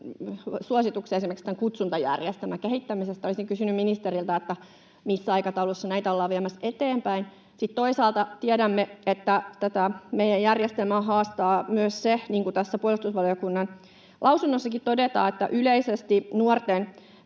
suosituksia esimerkiksi kutsuntajärjestelmän kehittämisestä. Olisin kysynyt ministeriltä: missä aikataulussa näitä ollaan viemässä eteenpäin? Sitten toisaalta tiedämme, että tätä meidän järjestelmää haastaa myös se, niin kuin tässä puolustusvaliokunnan lausunnossakin todetaan, että yleisesti nuorten